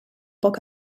poc